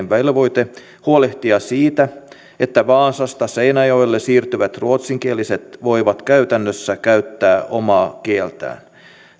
velvoite huolehtia siitä että vaasasta seinäjoelle siirtyvät ruotsinkieliset voivat käytännössä käyttää omaa kieltään